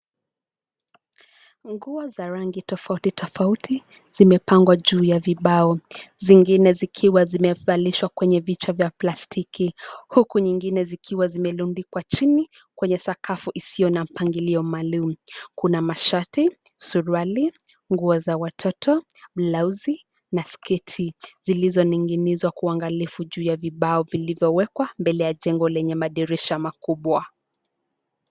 Nguo za rangi tofauti tofauti zimepangwa juu ya vibao, zingine zikiwa zimevalishwa kwenye vichwa vya plastiki, huku nyingine zikiwa zimerundikwa chini kwenye sakafu isio na mpango maalum. Kuna mashati, suruali, nguo za watoto, blauzi na sketi zilizoninginizwa kwa ungalifu juu ya vibao vilivyo wekwa mbele ya jengo lenye madirisha makubwa.